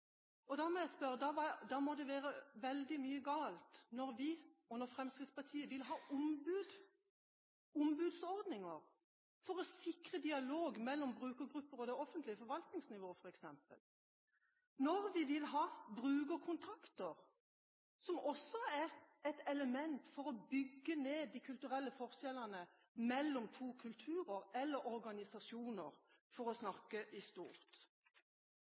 Da må det være veldig mye galt når Fremskrittspartiet vil ha ombudsordninger for å sikre dialog mellom f.eks. brukergrupper og det offentlige forvaltningsnivået – når vi vil ha brukerkontakter, som også er et element for å bygge ned de kulturelle forskjellene mellom to kulturer eller organisasjoner, for å snakke i stort.